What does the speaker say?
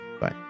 Bye